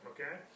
Okay